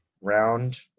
round